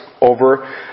over